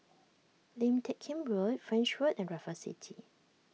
Lim Teck Kim Road French Road and Raffles City